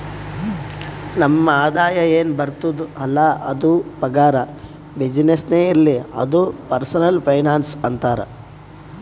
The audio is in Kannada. ನಮ್ ಆದಾಯ ಎನ್ ಬರ್ತುದ್ ಅಲ್ಲ ಅದು ಪಗಾರ, ಬಿಸಿನ್ನೆಸ್ನೇ ಇರ್ಲಿ ಅದು ಪರ್ಸನಲ್ ಫೈನಾನ್ಸ್ ಅಂತಾರ್